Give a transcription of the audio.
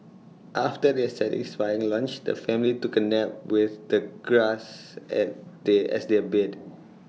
after their satisfying lunch the family took A nap with the grass as they as their bed